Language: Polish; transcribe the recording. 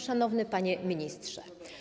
Szanowny Panie Ministrze!